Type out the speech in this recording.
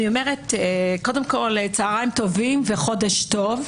קודם כול, צוהריים טובים וחודש טוב,